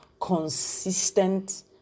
consistent